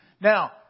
Now